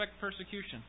persecution